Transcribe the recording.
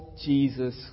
Jesus